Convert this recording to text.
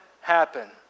happen